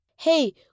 Hey